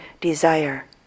desire